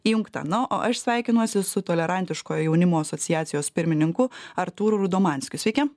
įjungta na o aš sveikinuosi su tolerantiško jaunimo asociacijos pirmininku artūru rudomanskiu sveiki